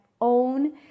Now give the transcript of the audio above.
own